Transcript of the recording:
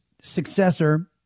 successor